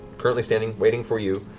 currently standing, waiting for you.